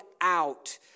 out